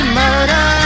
murder